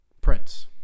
Prince